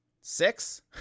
six